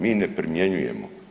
Mi ne primjenjujemo.